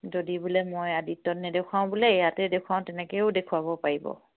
যদি বোলে মই আদিত্যত নেদেখুৱাওঁ বোলে ইয়াতে দেখুৱাওঁ তেনেকৈয়ো দেখুৱাব পাৰিব